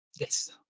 Yes